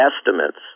estimates